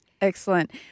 Excellent